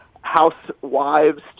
housewives